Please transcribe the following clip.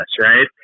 right